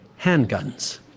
handguns